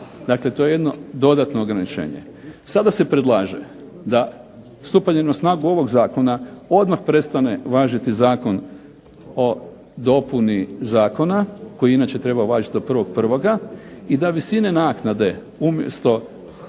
Dakle, to je jedno dodatno ograničenje. Sada se predlaže da stupanje na snagu ovog Zakona odmah prestane važiti Zakon o dopuni zakona koji je inače trebao važiti do 1.1. i da visine naknade umjesto